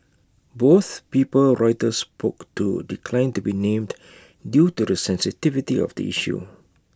both people Reuters spoke to declined to be named due to the sensitivity of the issue